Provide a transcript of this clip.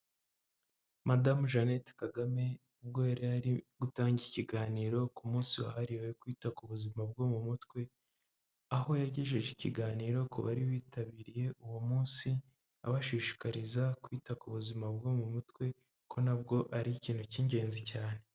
Madamu Jeannette Kagame ubwo yari ari gutanga ikiganiro ku munsi wahariwe kwita ku buzima bwo mu mutwe, aho yagejeje ikiganiro ku bari bitabiriye uwo munsi, abashishikariza kwita ku buzima bwo mu mutwe, ko na bwo ari ikintu cy'ingenzi cyane.